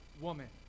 woman